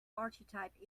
archetype